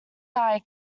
eye